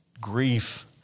grief